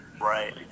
Right